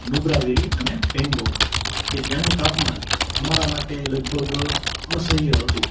Nubra valley અને પેનગોગ કે ત્યાંનું તાપમાન અમારા માટે લગભગ અસહ્ય હતું